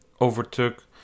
overtook